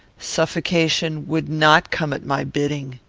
suffocation would not come at my bidding.